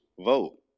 vote